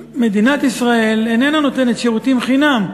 מדינת ישראל איננה נותנת שירותים חינם.